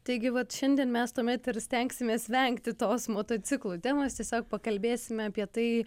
taigi vat šiandien mes tuomet ir stengsimės vengti tos motociklų temos tiesiog pakalbėsime apie tai